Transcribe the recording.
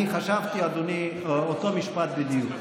אני חשבתי, אדוני, אותו משפט בדיוק.